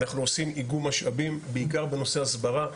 אנחנו עושים איגום משאבים, בעיקר בנושא הסברה.